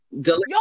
delicious